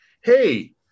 hey